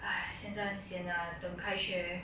!hais! 现在很 sian lah 等开学